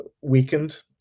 weakened